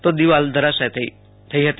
તો દિવાલ ધરાશયો થઈ હતી